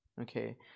Okay